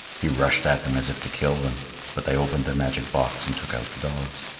he rushed at them as if to kill them but they opened their magic box and took out the dogs.